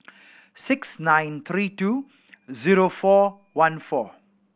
six nine three two zero four one four